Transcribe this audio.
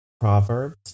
Proverbs